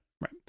Right